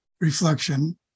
reflection